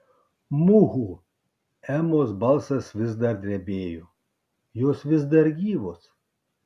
muhu emos balsas vis dar drebėjo jos vis dar gyvos